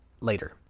later